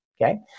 Okay